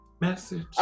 Message